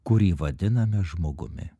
kurį vadiname žmogumi